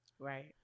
Right